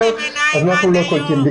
אנחנו לא קולטים.